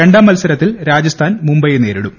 രണ്ടാം മത്സരത്തിൽ രാജസ്ഥാൻ മുംബൈയെ നേരിടും